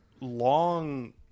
long